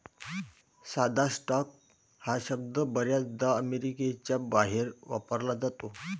साधा स्टॉक हा शब्द बर्याचदा अमेरिकेच्या बाहेर वापरला जातो